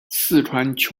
四川